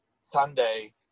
Sunday